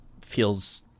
feels